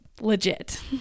legit